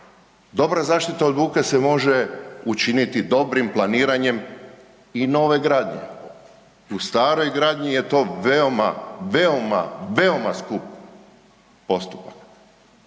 Dobra zaštita od buke se može učiniti dobrim planiranjem i nove gradnje. U staroj gradnji je to veoma, veoma, veoma skup postupak.